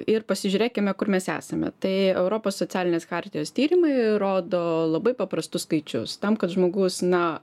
ir pasižiūrėkime kur mes esame tai europos socialinės chartijos tyrimai rodo labai paprastus skaičius tam kad žmogus na